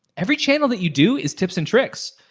every channel that you do is tips and tricks.